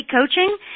Coaching